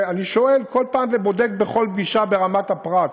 ואני שואל כל פעם ובודק בכל פגישה ברמת הפרט,